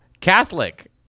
Catholic